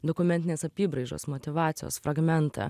dokumentinės apybraižos motyvacijos fragmentą